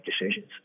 decisions